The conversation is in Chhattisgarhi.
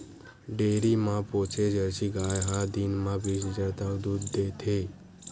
डेयरी म पोसे जरसी गाय ह दिन म बीस लीटर तक दूद देथे